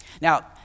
Now